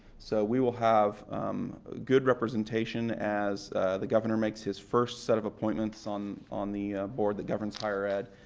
so we will have good representation as the governor makes his first set of appointments on on the board that governs higher ed,